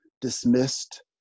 dismissed